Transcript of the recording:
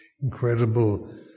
incredible